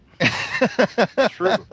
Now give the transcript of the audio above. True